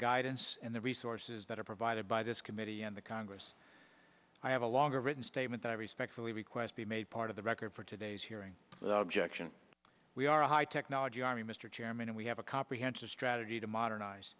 guidance and the resources that are provided by this committee and the congress i have a longer written statement that i respectfully request be made part of the record for today's hearing without objection we are a high technology army mr chairman and we have a comprehensive strategy to modernize